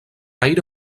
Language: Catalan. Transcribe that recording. aire